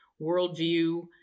worldview